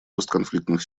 постконфликтных